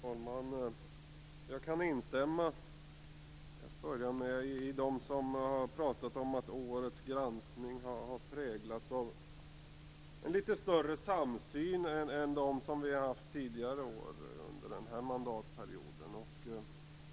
Fru talman! Jag kan till börja med instämma med dem som har sagt att årets granskning har präglats av en litet större samsyn än de vi har haft tidigare år under den här mandatperioden.